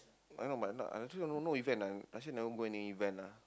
I know but no I don't think no event ah last year never go any event lah